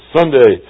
Sunday